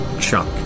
Chuck